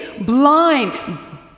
blind